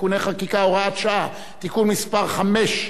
(תיקוני חקיקה) (הוראות שעה) (תיקון מס' 5),